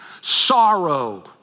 sorrow